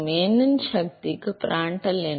n இன் சக்திக்கு Prandtl எண்கள்